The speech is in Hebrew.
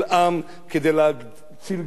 כדי להציל גדוד,